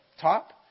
top